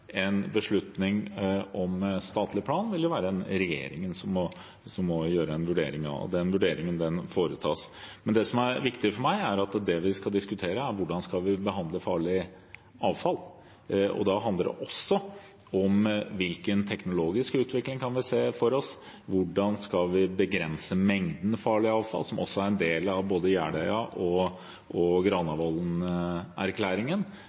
beslutning om statlig plan, vil det være regjeringen som må gjøre en vurdering av, og den vurderingen foretas. Det som er viktig for meg, er å diskutere hvordan vi skal behandle farlig avfall. Da handler det også om hvilken teknologisk utvikling vi kan se for oss, og hvordan vi skal begrense mengden farlig avfall, som også er en del av både Jæløya-erklæringen og